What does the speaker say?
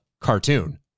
cartoon